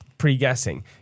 Pre-guessing